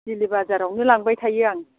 daily बाजारावनो लांबाय थायो आं